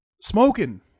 Smoking